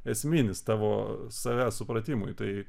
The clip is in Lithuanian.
esminis tavo savęs supratimui tai